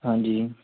ਹਾਂਜੀ ਜੀ